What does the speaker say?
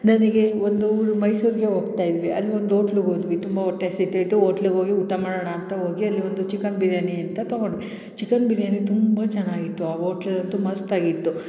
ನನಗೆ ಒಂದು ಊರು ಮೈಸೂರಿಗೆ ಹೋಗ್ತಾ ಇದ್ವಿ ಅಲ್ಲೊಂದು ಓಟ್ಲಗೆ ಹೋದ್ವಿ ತುಂಬ ಹೊಟ್ಟೆ ಹಸಿತಿತ್ತು ಓಟ್ಲಗೆ ಹೋಗಿ ಊಟ ಮಾಡೋಣ ಅಂತ ಹೋಗಿ ಅಲ್ಲಿ ಒಂದು ಚಿಕನ್ ಬಿರಿಯಾನಿ ಅಂತ ತಗೊಂಡ್ವಿ ಚಿಕನ್ ಬಿರಿಯಾನಿ ತುಂಬ ಚೆನ್ನಾಗಿತ್ತು ಆ ಓಟ್ಲ್ ಅಂತೂ ಮಸ್ತಾಗಿತ್ತು